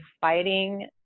fighting